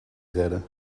redden